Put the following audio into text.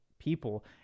people